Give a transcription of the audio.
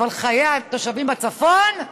אבל חיי התושבים בצפון,